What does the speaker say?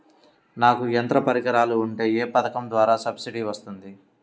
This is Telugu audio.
నాకు యంత్ర పరికరాలు ఉంటే ఏ పథకం ద్వారా సబ్సిడీ వస్తుంది?